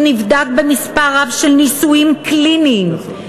הוא נבדק במספר רב של ניסויים קליניים,